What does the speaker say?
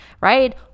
right